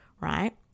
right